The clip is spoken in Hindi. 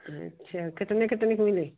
अच्छा कितने कितने की मिली